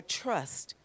trust